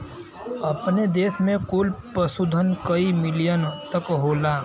अपने देस में कुल पशुधन कई मिलियन तक होला